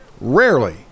rarely